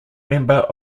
member